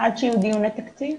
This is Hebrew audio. עד שיהיו דיוני תקציב?